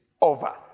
over